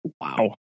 Wow